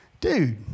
dude